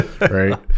Right